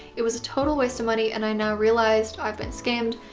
it was a total waste of money and i now realized i've been scammed.